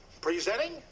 Presenting